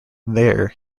there